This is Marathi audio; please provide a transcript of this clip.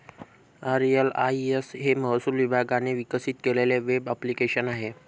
आर.एल.आय.एस हे महसूल विभागाने विकसित केलेले वेब ॲप्लिकेशन आहे